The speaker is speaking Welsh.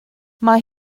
mae